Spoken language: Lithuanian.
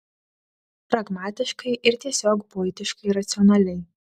pragmatiškai ir tiesiog buitiškai racionaliai